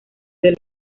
del